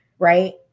Right